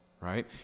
right